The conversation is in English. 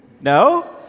No